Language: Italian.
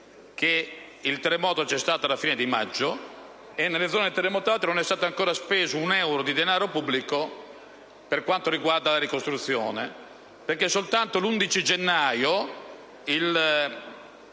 il terremoto è avvenuto alla fine di maggio e nelle zone terremotate non è ancora stato speso un euro di denaro pubblico per quanto riguarda la ricostruzione. Soltanto l'11 gennaio il dottor